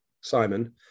Simon